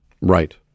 Right